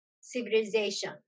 civilization